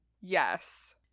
yes